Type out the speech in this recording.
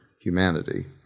humanity